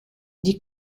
die